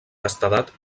castedat